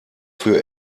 für